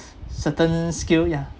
certain skill yeah